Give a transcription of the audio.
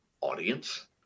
audience